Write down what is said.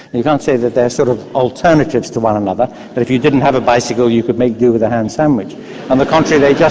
you can't say that they are sort of alternatives to one another but if you didn't have a bicycle you could make do with a ham sandwich on the contrary they